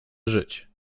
żyć